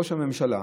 ראש הממשלה,